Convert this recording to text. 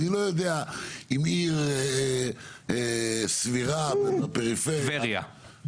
אני לא יודע אם עיר סבירה בפריפריה --- טבריה,